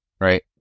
right